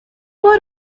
بار